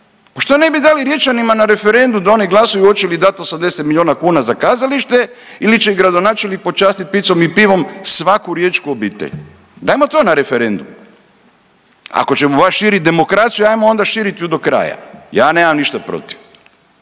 šta ne bi dali Riječanima na referendum da oni glasuju oće li dat 80 milijuna kuna za kazalište ili će gradonačelnik počastit pizzom i pivom svaku riječku obitelj, dajmo to na referendum, ako ćemo baš širit demokraciju ajmo onda širit ju do kraja. Ja nemam ništa protiv,